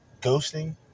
Ghosting